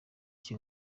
iki